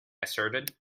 asserted